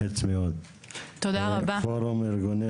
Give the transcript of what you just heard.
עובדות זרות בסיעוד בסופו של דבר משתקעות פה וברגע